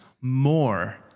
more